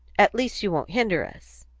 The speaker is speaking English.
at least you won't hinder us?